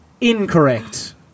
Incorrect